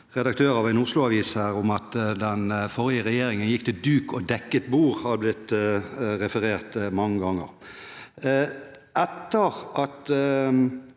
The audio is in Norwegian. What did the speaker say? redaktør av en Oslo-avis om at den forrige regjeringen gikk til duk og dekket bord, har blitt referert mange ganger.